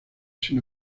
sin